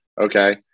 Okay